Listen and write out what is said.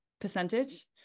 percentage